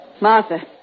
Martha